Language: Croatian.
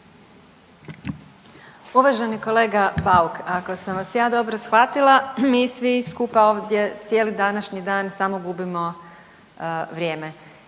Uvaženi kolega Bauk, ako sam vas ja dobro shvatila mi svi skupa ovdje cijeli današnji dan samo gubimo vrijeme.